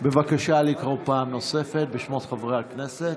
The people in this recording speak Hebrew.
בבקשה לקרוא פעם נוספת בשמות חברי הכנסת.